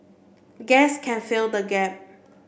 gas can fill the gap